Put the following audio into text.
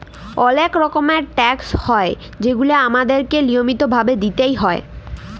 অলেক রকমের ট্যাকস হ্যয় যেগুলা আমাদেরকে লিয়মিত ভাবে দিতেই হ্যয়